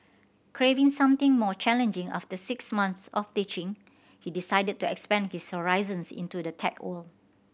craving something more challenging after six month of teaching he decided to expand his horizons into the tech world